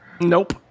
Nope